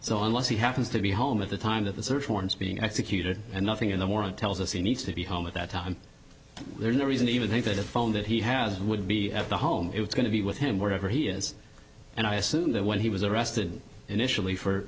so unless he happens to be home at the time that the search warrants being executed and nothing in the morning tells us he needs to be home at that time there's no reason to even think that a phone that he has would be at the home it's going to be with him wherever he is and i assume that when he was arrested initially for